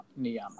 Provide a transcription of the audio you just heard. niyama